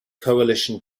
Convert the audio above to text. coalition